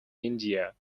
india